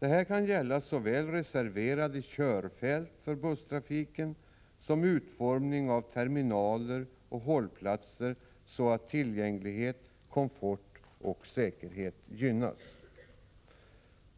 Detta kan gälla såväl reserverade körfält för busstrafiken som utformning av terminaler och hållplatser så att tillgänglighet, komfort och säkerhet gynnas.